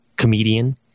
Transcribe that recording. comedian